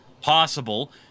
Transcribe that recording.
possible